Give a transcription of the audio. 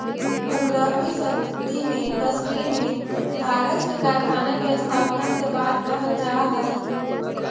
पँद्रहवीं सदी में कश्मीर में कागज के कारखाना के स्थापना के बात कहल जा हई